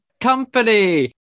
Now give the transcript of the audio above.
company